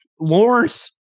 Lawrence